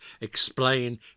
explain